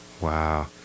Wow